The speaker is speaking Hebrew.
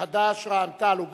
חד"ש, רע"ם-תע"ל ובל"ד,